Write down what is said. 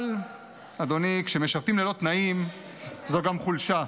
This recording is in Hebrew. אבל, אדוני, כשמשרתים ללא תנאים זו גם חולשה.